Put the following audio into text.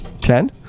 Ten